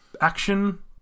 Action